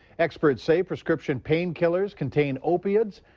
experts say prescription pain killers contain opioids,